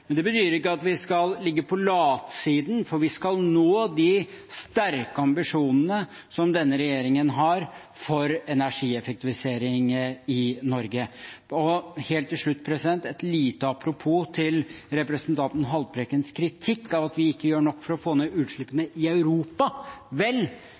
Det betyr ikke at vi skal ligge på latsiden, for vi skal nå de sterke ambisjonene som denne regjeringen har for energieffektivisering i Norge. Helt til slutt et lite apropos til representanten Haltbrekkens kritikk av at vi ikke gjør nok for å få ned utslippene i Europa. Vel,